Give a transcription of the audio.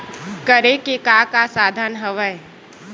करे के का का साधन हवय?